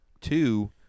two